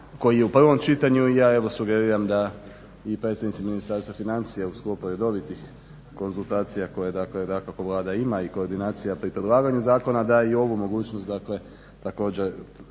koji je u prvom čitanju i ja evo sugeriram da i predstavnici Ministarstva financija u sklopu redovitih koje dakako Vlada ima i koordinacija pri predlaganju zakona da i ovu mogućnost dakle također